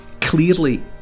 clearly